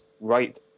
right